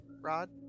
rod